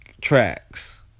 tracks